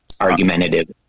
argumentative